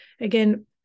again